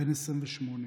בן 28,